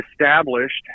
established